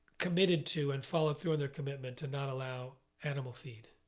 committed to and follow through on their commitment to not allow animal feed.